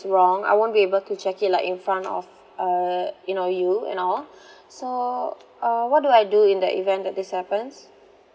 wrong I won't be able to check it like in front of uh you know you and all so uh what do I do in the event that this happens